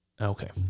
Okay